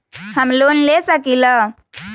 हम लोन ले सकील?